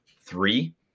three